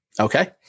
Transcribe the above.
Okay